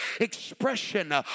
expression